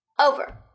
over